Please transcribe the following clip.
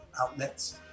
outlets